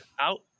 out